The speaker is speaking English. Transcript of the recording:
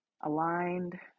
aligned